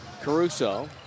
Caruso